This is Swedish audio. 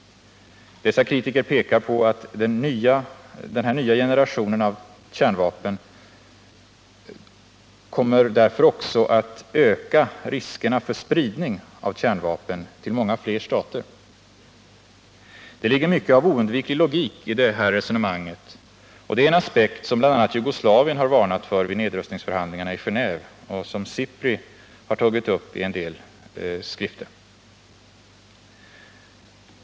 Dessa kritiker pekar på att den här nya generationen av kärnvapen därför också kommer att öka riskerna för spridning av kärnvapen till många fler stater. Det ligger mycket av oundviklig logik i detta resonemang, och det är en aspekt som bl.a. Jugoslavien har varnat för vid nedrustningsförhandlingarna i Genéve och som SIPRI har tagit upp i en del skrifter.